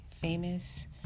famous